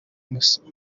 musoni